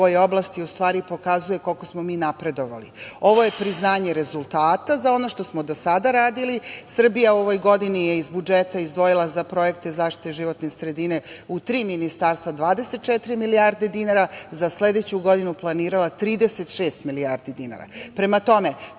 u ovoj oblasti, u stvari pokazuje koliko smo mi napredovali. Ovo je priznanje rezultata za ono što smo do sada radili. Srbija je u ovoj godini iz budžeta izdvojila za projekte zaštite životne sredine u tri ministarstva 24 milijarde dinara. Za sledeću godinu planirala 36 milijardi dinara.